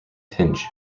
tinge